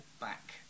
back